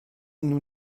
nous